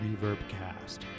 Reverbcast